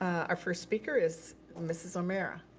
our first speaker is mrs. omera.